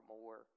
more